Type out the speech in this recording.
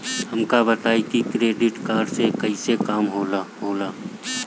हमका बताई कि डेबिट कार्ड से कईसे काम होला?